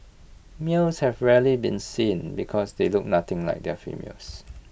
males have rarely been seen because they look nothing like the females